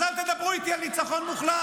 אז אל תדברו איתי על ניצחון מוחלט.